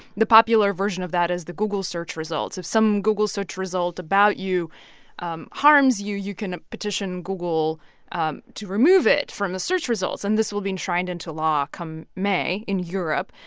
the popular version of that is the google search results. if some google search result about you um harms you, you can petition google um to remove it from the search results. and this will be enshrined into law come may in europe.